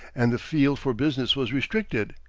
and the field for business was restricted.